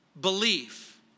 Belief